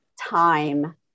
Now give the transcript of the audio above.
time